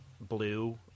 blue